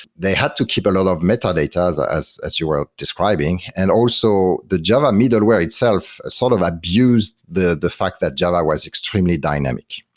they had to keep a lot of metadata as as you were ah describing. and also the java middleware itself sort of abused the the fact that java was extremely dynamic.